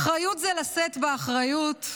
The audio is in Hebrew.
"אחריות זה לשאת באחריות.